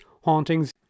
hauntings